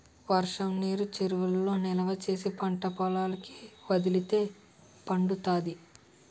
వర్షంనీరు చెరువులలో నిలవా చేసి పంటపొలాలకి వదిలితే పండుతాది